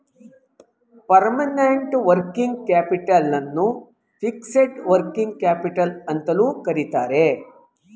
permanent working capital ಅನ್ನು fixed working capital ಅಂತಲೂ ಕರಿತರೆ